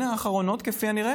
גברתי המזכירה.